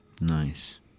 Nice